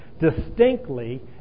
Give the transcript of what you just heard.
distinctly